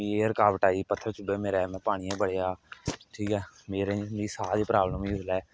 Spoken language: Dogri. पत्थर चुब्भे मिगी एह् रकावट आई पत्थर चुब्भे मेरे पानियै च बड़ेआ हा ठीक ऐ मेरे साह् दी प्रावल्म ही उसले